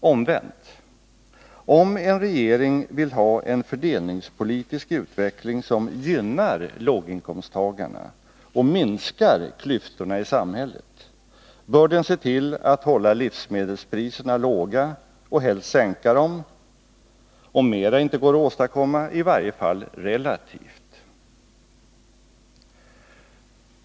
Omvänt: om en regering vill ha en fördelningspolitisk utveckling som gynnar låginkomsttagarna och minskar klyftorna i samhället, bör den se till att hålla livsmedelspriserna låga och helst sänka dem, om mera inte går att åstadkomma i varje fall relativt.